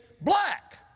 black